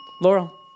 Laurel